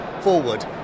forward